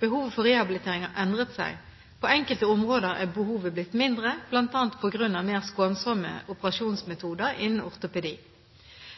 Behovet for rehabilitering har endret seg. På enkelte områder er behovet blitt mindre, bl.a. på grunn av mer skånsomme operasjonsmetoder innen ortopedi.